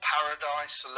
Paradise